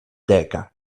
deka